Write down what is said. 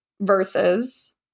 versus